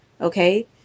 okay